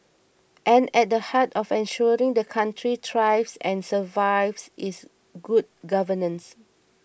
and at the heart of ensuring the country thrives and survives is good governance